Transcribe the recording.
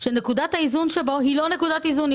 שנקודת האיזון שבו היא לא נקודת איזון,